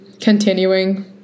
continuing